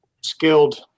skilled